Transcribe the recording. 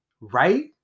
right